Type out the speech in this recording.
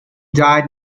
died